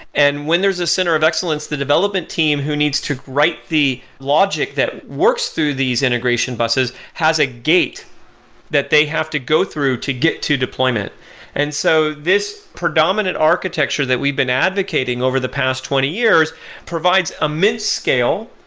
and when there's a center of excellence, the development team who needs to write the logic that works through these integration buses has a gate that they have to go through to get to deployment and so this predominant architecture that we've been advocating over the past twenty years provides a mid-scale,